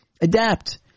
Adapt